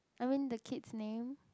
I mean the kids name